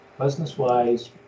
business-wise